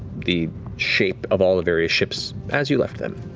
the shape of all the various ships as you left them.